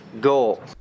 goal